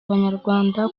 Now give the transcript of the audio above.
banyarwanda